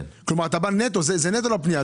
כלומר, זה נטו לפנייה.